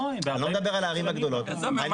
עזוב, מה